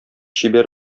чибәр